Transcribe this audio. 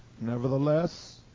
Nevertheless